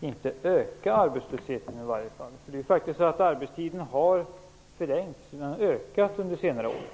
i varje fall inte öka arbetslösheten. Arbetstiden har faktiskt ökat under senare år.